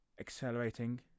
accelerating